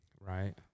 right